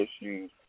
issues